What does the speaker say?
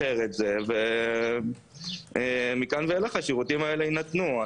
יתמחר את זה ומכאן ואילך השירותים הללו יינתנו.